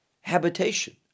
habitation